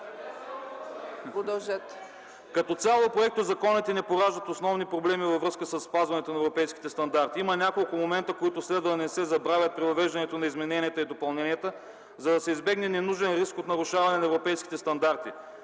„Като цяло проектозаконите не пораждат основни проблеми във връзка със спазването на европейските стандарти. Има няколко момента, които следва да не се забравят при въвеждането на измененията и допълненията, за да се избегне ненужен риск от нарушаване на европейските стандарти.